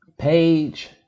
Page